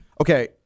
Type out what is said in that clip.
Okay